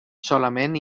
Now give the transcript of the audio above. solament